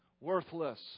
worthless